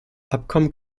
abkommen